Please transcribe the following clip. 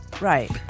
Right